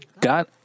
God